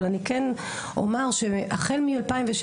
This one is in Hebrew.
אבל אני כן אומר שהחל מ-2016,